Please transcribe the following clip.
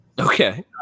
Okay